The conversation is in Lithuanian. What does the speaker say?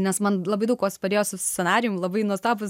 nes man labai daug kuo padėjo su scenarijumi labai nuostabūs